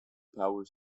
power